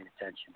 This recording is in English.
attention